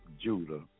judah